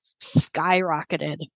skyrocketed